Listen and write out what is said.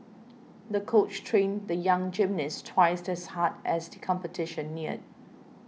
the coach trained the young gymnast twice as hard as the competition neared